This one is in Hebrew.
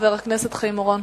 חבר הכנסת חיים אורון.